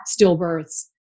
stillbirths